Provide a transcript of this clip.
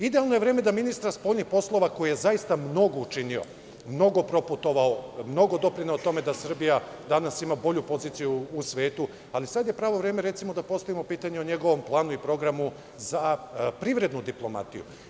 Idealno je vreme da ministra spoljnih poslova, koji je zaista mnogo učinio, mnogo protputovao, mnogo doprineo tome da Srbija danas ima bolju poziciju u svetu, ali sad je pravo vreme, recimo, da postavimo pitanje o njegovom planu i programu za privrednu diplomatiju.